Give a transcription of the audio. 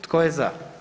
Tko je za?